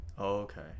okay